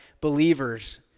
believers